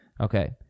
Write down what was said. Okay